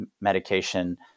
medication